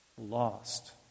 lost